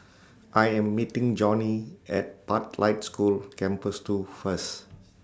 I Am meeting Johnnie At Pathlight School Campus two First